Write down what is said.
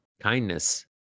kindness